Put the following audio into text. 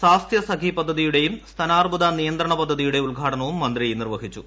സ്വാസ്ഥൃ സഖി പദ്ധതിയുടെയും സ്തനാർബുദ നിയന്ത്രണ പദ്ധതിയുടെയും ഉദ്ഘാടനവും മന്ത്രി നിർവ്വഹിച്ചു